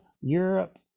Europe